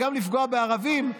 גם לפגוע בערבים.